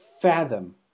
fathom